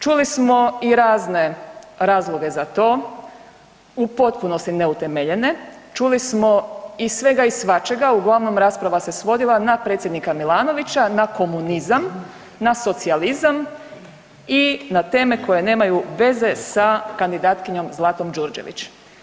Čuli smo i razne razloge za to, u potpunosti neutemeljene, čuli smo i svega i svačega, uglavnom rasprava se svodila na predsjednika Milanovića, na komunizam, na socijalizam i na teme koje nemaju veze sa kandidatkinjom Zlatom Đurđević.